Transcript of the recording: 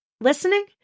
listening